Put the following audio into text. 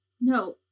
No